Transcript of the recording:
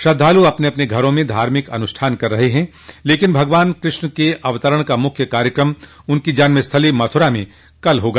श्रद्धालु अपने अपने घरों में धार्मिक अनुष्ठान कर रहे हैं लेकिन भगवान कृष्ण के अवतरण का मुख्य कार्यक्रम उनकी जन्मस्थली मथुरा में कल होगा